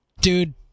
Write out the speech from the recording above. dude